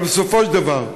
אבל בסופו של דבר,